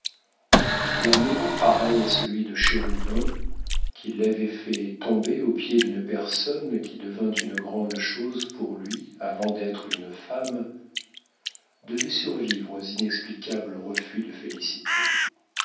l'amour pareil à celui de chérubin qui l'avait fait tomber aux pieds d'une personne qui devint une grande chose pour lui avant d'être une femme devait survivre aux inexplicables refus de félicité